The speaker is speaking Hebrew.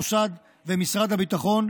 המוסד ומשרד הביטחון,